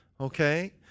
Okay